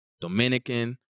Dominican